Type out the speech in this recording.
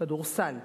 כדורסל,